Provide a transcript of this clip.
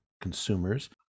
consumers